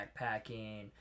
backpacking